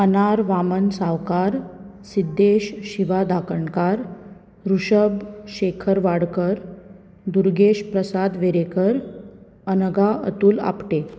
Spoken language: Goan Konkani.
अनार गवामन सावकार सिद्देश शिवा धाकणकार रुशभ शेखर वाडकर दुर्गेश प्रसाद वेरेंकर अनघा अतूल आपटे